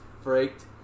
freaked